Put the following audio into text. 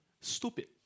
stupid